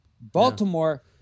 Baltimore